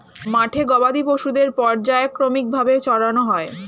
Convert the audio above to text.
মাঠে গবাদি পশুদের পর্যায়ক্রমিক ভাবে চরানো হয়